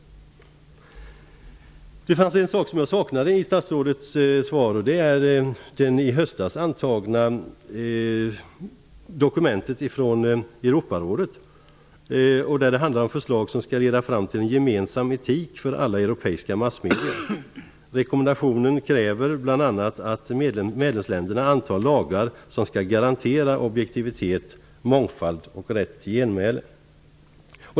Jag saknade en sak i statsrådets svar. Det är det dokument som Europarådet antog i höstas. Det handlar om förslag som skall leda fram till en gemensam etik för alla europeiska massmedier. Rekommendationen kräver bl.a. att medlemsländerna antar lagar som skall garantera objektivitet, mångfald och rätt till genmäle.